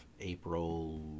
April